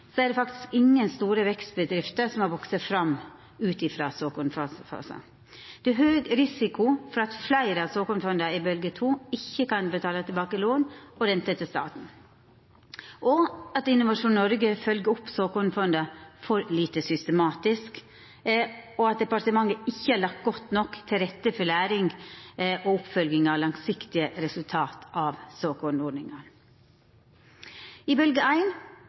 så en gang til, eller om man skal satse på noe annet. Jeg tror det er det som er saken her. Riksrevisjonen peker på at i perioden 1998–2014 har ingen store vekstbedrifter vokst fram, det er høy risiko, Innovasjon Norge har fulgt opp lite systematisk, og departementet har ikke lagt godt nok til rette for læring og oppfølging av langsiktige resultat av